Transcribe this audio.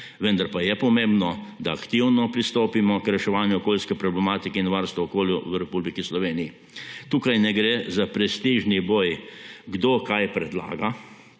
vendar pa je pomembno, da aktivno pristopimo k reševanju okoljske problematike in varstva okolja v Republiki Sloveniji. Tukaj ne gre za prestižni boj, kdo kaj predlaga,